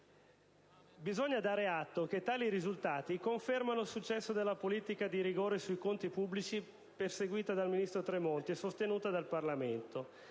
Bisogna dare atto che tali risultati confermano il successo della politica di rigore sui conti pubblici perseguita dal ministro Tremonti e sostenuta dal Parlamento.